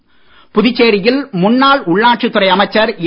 ஏழுமலை புதுச்சேரியில் முன்னாள் உள்ளாட்சித்துறை அமைச்சர் ஏ